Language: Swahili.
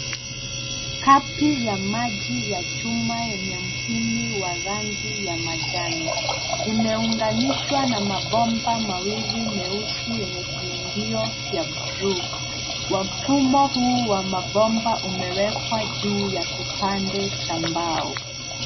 Kapi ya maji ya chuma yenye mpini wa rangi ya manjano imeunganishwa na mabomba mawili meusi yenye viungio vya bluu. Mfumo huu wa mabomba umewekwa juu ya kipande cha mbao.